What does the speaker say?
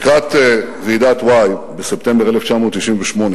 לקראת ועידת וואי, בספטמבר 1998,